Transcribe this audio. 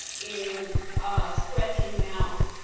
in stretching out